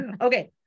Okay